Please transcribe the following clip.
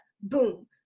Boom